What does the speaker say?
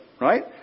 right